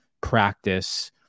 practice